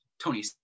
tony